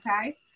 okay